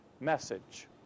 message